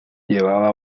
llevaba